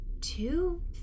two